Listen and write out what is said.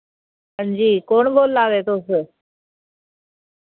हां जी कौन बोल्ला दे तुस